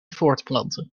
voortplanten